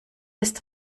ist